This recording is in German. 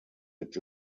gibt